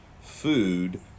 food